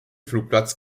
flugplatz